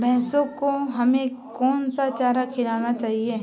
भैंसों को हमें कौन सा चारा खिलाना चाहिए?